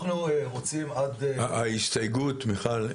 אנחנו רוצים עד --- מיכל,